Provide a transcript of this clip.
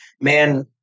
man